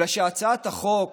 אלא שהצעת החוק